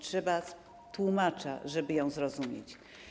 Trzeba tłumacza, żeby ją zrozumieć.